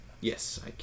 Yes